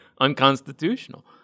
unconstitutional